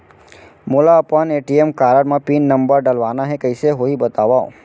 मोला अपन ATM card म पिन नंबर डलवाना हे कइसे होही बतावव?